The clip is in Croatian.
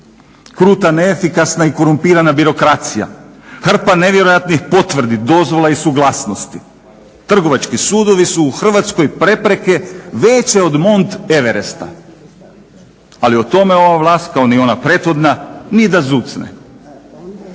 kruta, neefikasna i korumpirana birokracija, hrpa nevjerojatnih potvrdi, dozvola i suglasnosti. Trgovački sudovi su u Hrvatskoj prepreke veće od Mont Everesta. Ali o tome ova vlast kao ni ona prethodna ni da zucne.